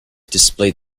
displayed